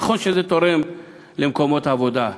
נכון שזה תורם להקמת מקומות עבודה.